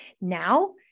now